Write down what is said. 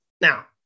Now